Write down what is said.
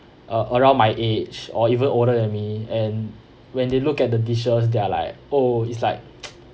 uh around my age or even older than me and when they look at the dishes they're like oh it's like